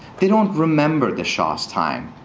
they don't remember the shah's time.